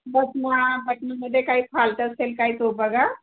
बटना बटनामध्ये काय फाल्ट असेल काय तो बघा